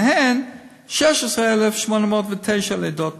ומהן 16,809 לידות פגים.